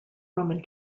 roman